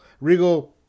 Regal